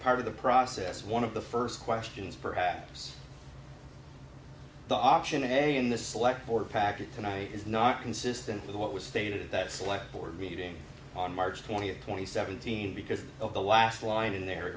part of the process one of the first questions perhaps the option a in the select board package tonight is not consistent with what was stated that select board meeting on march twentieth twenty seventeen because of the last line in the